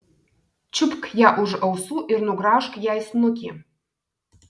čiupk ją už ausų ir nugraužk jai snukį